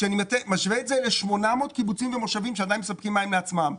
כשאני משווה את זה ל-800 מושבים וקיבוצים שעדיין מספקים מים לעצמם,